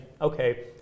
okay